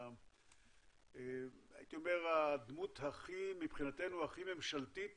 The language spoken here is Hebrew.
הייתי אומר הדמות מבחינתנו הכי ממשלתית